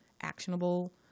actionable